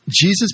Jesus